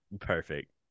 perfect